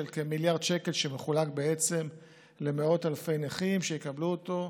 כמיליארד שקל שמחולק למאות אלפי נכים שיקבלו אותו,